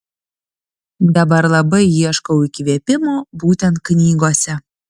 dabar labai ieškau įkvėpimo būtent knygose